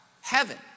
heaven